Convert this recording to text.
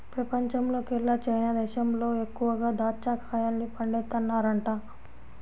పెపంచంలోకెల్లా చైనా దేశంలో ఎక్కువగా దాచ్చా కాయల్ని పండిత్తన్నారంట